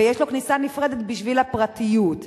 ויש לו כניסה נפרדת בשביל הפרטיות,